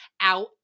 out